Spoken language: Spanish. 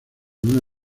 una